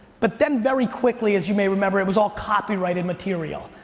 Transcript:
but then very quickly, as you may remember, it was all copyrighted material.